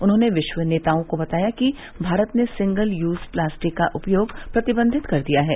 उन्होने विश्व नेताओं को बताया कि भारत ने सिंगल यूज प्लास्टिक का उपयोग प्रतिबन्धित कर दिया है